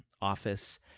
office